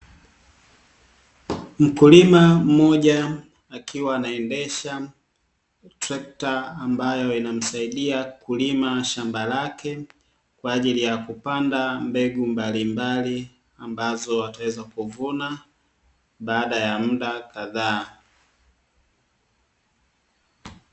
Mkulima mmoja akiwa anaendesha trekta, ambayo inamsaidia kulima shamba lake kwa ajili ya kupanda mbegu mbalimbali ambazo ataweza kuvuna baada ya muda kadhaa.